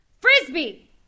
Frisbee